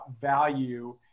value